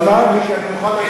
אבל מה, מיקי, אני מוכן להשלים.